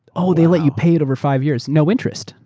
oh, they let you pay it over five years, no interest?